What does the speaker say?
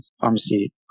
pharmacy